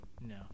No